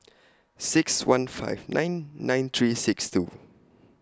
six one five nine nine three six two